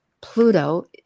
Pluto